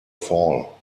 fall